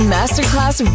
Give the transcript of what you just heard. Masterclass